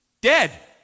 Dead